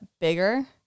bigger